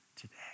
today